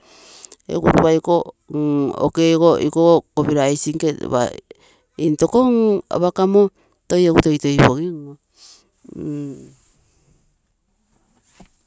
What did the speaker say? Egu ropa ikogo okego iko kopiro ice nkee intoko apa kamo toi egu toitoi pogim oo.